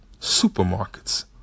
supermarkets